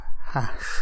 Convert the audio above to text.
hash